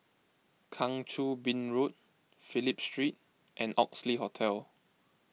Kang Choo Bin Road Phillip Street and Oxley Hotel